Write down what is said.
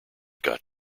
got